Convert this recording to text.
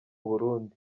burundi